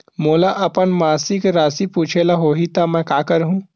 मोला अपन मासिक राशि पूछे ल होही त मैं का करहु?